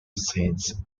since